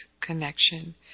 connection